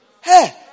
Hey